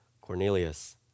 Cornelius